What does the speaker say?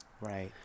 Right